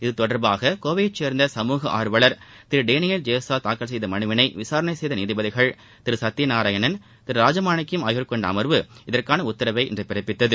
இதுதொடர்பாக கோவையைச் சேர்ந்த சமூக ஆர்வலர் திரு டேனியல ஜேசுதாஸ் தாக்கல் செய்த மனுவினை விசாரணை செய்த நீதிபதிகள் திரு சத்தியநாராயணன் திரு ராஜமாணிக்கம் ஆகியோர் கொண்ட அமர்வு இன்று இதற்கான உத்தரவினை பிறப்பித்தது